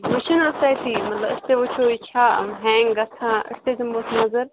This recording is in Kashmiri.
وُچھُو نَہ حظ تَتی مطلب أسۍ تہِ وچھُو یہِ چھا ہینٛگ گَژھان أسۍ تہِ دِمہوس نظر